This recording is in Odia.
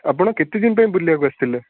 ଆପଣ କେତେ ଦିନ ପାଇଁ ବୁଲିବାକୁ ଆସିଥିଲେ